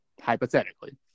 Hypothetically